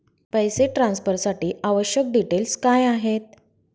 पैसे ट्रान्सफरसाठी आवश्यक डिटेल्स काय आहेत?